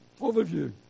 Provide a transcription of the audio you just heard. Overview